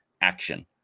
action